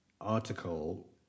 article